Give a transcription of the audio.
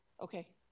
Okay